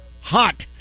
hot